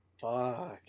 Fuck